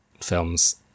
films